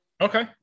okay